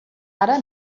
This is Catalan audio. ara